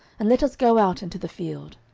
and let us go out into the field.